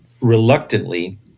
reluctantly